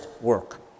work